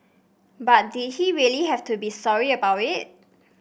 but did he really have to be sorry about it